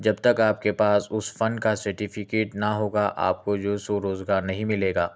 جب تک آپ کے پاس اُس فن کا سرٹیفکیٹ نہ ہوگا آپ کو جو سو روزگار نہیں ملے گا